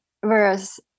whereas